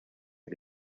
que